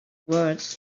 words